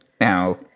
Now